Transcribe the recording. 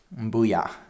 booyah